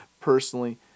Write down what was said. personally